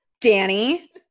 Danny